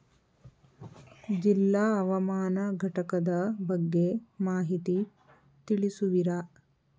ಜಿಲ್ಲಾ ಹವಾಮಾನ ಘಟಕದ ಬಗ್ಗೆ ಮಾಹಿತಿ ತಿಳಿಸುವಿರಾ?